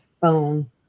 phone